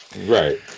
right